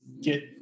get